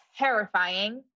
terrifying